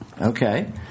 Okay